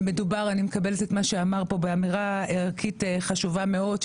אני מקבלת את מה שאמר פה באמירה ערכית חשובה מאוד,